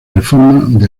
reforma